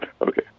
Okay